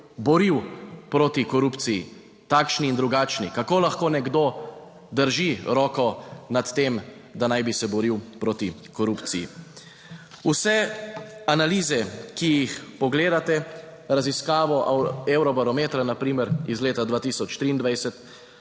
boril proti korupciji, takšni in drugačni? Kako lahko nekdo drži roko nad tem, da naj bi se boril proti korupciji? Vse analize, ki jih pogledate, raziskavo evro barometra, na primer iz leta 2023,